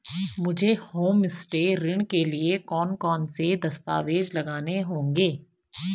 मुझे होमस्टे ऋण के लिए कौन कौनसे दस्तावेज़ लगाने होंगे?